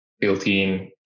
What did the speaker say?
built-in